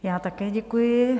Já také děkuji.